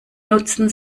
nutzen